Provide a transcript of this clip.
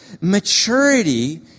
Maturity